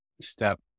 step